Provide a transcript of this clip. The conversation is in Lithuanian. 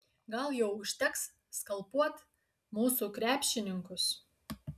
gal jau užteks skalpuot mūsų krepšininkus